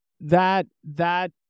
That—that